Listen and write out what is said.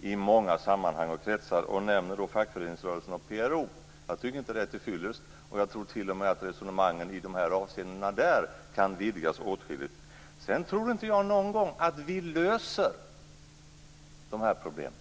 i många sammanhang och kretsar. Hon nämner fackföreningsrörelsen och PRO. Jag tycker inte att det är tillfyllest. Jag tror t.o.m. att resonemangen i de här avseendena kan vidgas åtskilligt där. Sedan tror jag inte att vi någon gång löser de här problemen.